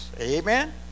Amen